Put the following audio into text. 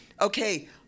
Okay